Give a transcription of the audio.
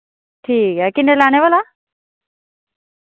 ठीक ऐ किन्ने लैने भला